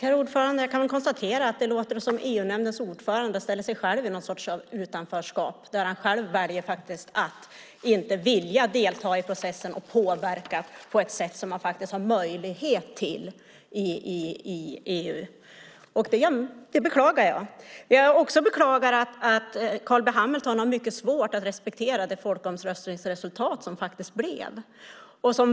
Herr talman! Jag kan konstatera att det låter som om EU-nämndens ordförande ställer sig själv i någon sorts utanförskap, där han själv väljer att inte vilja delta i processen och påverka på ett sätt som man faktiskt har möjlighet till i EU. Det beklagar jag. Det jag också beklagar är att Carl B Hamilton har mycket svårt att respektera resultatet av folkomröstningen.